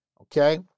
Okay